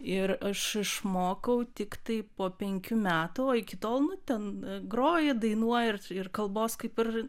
ir aš išmokau tiktai po penkių metų o iki tol nu ten groji dainuoji ir ir kalbos kaip ir